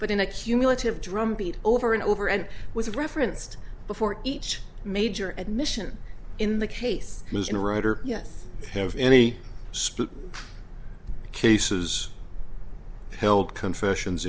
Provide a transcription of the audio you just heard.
but in a cumulative drumbeat over and over and was referenced before each major admission in the case in a writer yes have any split cases held confessions